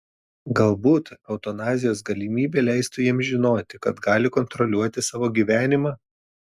galbūt eutanazijos galimybė leistų jiems žinoti kad gali kontroliuoti savo gyvenimą